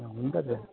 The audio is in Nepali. ए हुन्छ त्यो